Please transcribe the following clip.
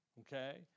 Okay